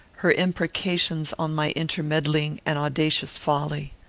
her imprecations on my intermeddling and audacious folly.